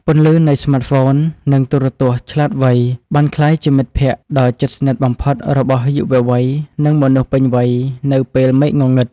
ពន្លឺនៃស្មាតហ្វូននិងទូរទស្សន៍ឆ្លាតវៃបានក្លាយជាមិត្តភក្តិដ៏ជិតស្និទ្ធបំផុតរបស់យុវវ័យនិងមនុស្សពេញវ័យនៅពេលមេឃងងឹត។